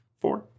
Four